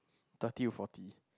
thirty to forty